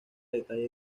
detalle